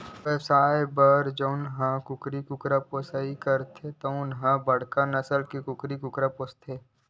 बेवसाय बर जउन ह कुकरा कुकरी पोसइ करथे तउन ह बड़का नसल के कुकरा कुकरी पोसथे